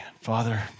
Father